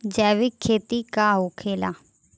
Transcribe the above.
जैविक खेती का होखेला?